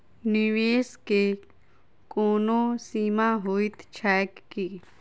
निवेश केँ कोनो सीमा होइत छैक की?